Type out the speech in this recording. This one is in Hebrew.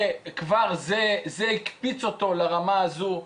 וכבר זה הקפיץ אותו לרמה הזו.